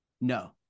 no